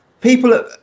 people